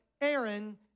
Aaron